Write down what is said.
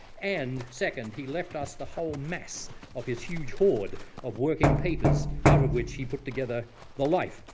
and second, he left us the whole mass of his huge hoard of working papers, out of which he put together the life,